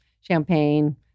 champagne